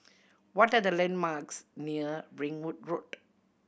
what are the landmarks near Ringwood Road